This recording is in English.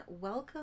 Welcome